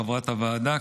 חברת הוועדה,